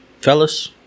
fellas